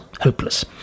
hopeless